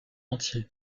entier